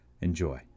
Enjoy